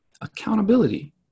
Accountability